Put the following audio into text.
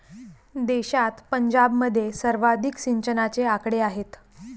देशात पंजाबमध्ये सर्वाधिक सिंचनाचे आकडे आहेत